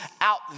out